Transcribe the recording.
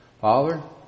Father